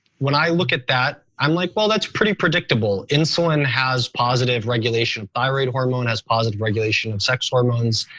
when i look at that, i'm like, well that's pretty predictable. insulin has positive regulation, thyroid hormone has positive regulation of sex hormones.